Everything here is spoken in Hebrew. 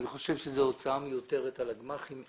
אני חושב שזאת הוצאה מיותרת על הגמ"חים.